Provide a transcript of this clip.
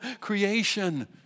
creation